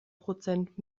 prozent